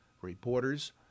Reporters